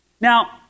Now